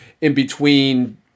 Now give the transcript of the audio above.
in-between